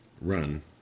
Run